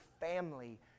family